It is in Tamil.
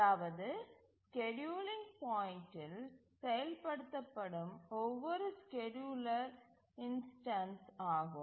அதாவது ஸ்கேட்யூலிங் பாயிண்ட்டில் செயல்படுத்தப்படும் ஒவ்வொரு ஸ்கேட்யூலர் இன்ஸ்டன்ஸ் ஆகும்